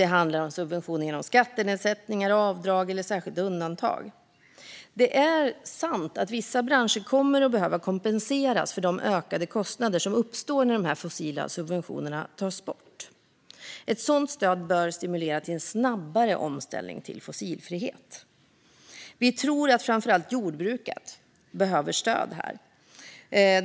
Det handlar om subventioner genom skattenedsättningar, avdrag och särskilda undantag. Det är sant att vissa branscher kommer att behöva kompenseras för de ökade kostnader som uppstår när fossila subventioner tas bort. Ett sådant stöd bör stimulera till en snabbare omställning till fossilfrihet. Vi tror att framför allt jordbruket behöver stöd här.